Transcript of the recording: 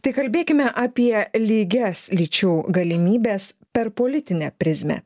tai kalbėkime apie lygias lyčių galimybes per politinę prizmę